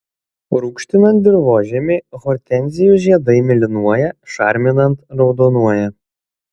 rūgštinant dirvožemį hortenzijų žiedai mėlynuoja šarminant raudonuoja